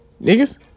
niggas